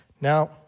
Now